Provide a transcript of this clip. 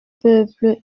peuple